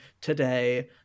today